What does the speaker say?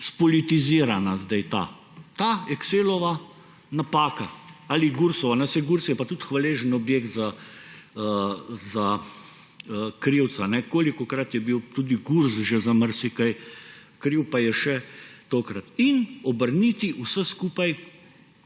spolitizirana sedaj ta excelova napaka ali Gursova – saj Gurs je pa tudi hvaležen objekt za krivca; kolikokrat je bil tudi Gurs že za marsikaj kriv, pa je še tokrat – in obrniti vse skupaj